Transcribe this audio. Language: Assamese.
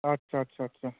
আচ্ছা আচ্ছা আচ্ছা